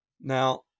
Now